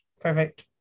Perfect